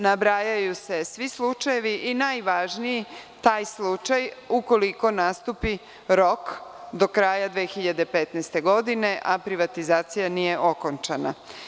Nabrajaju se svi slučajevi i najvažniji taj slučaj ukoliko nastupi rok do kraja 2015. godine, a privatizacija nije okončana.